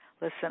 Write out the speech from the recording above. listen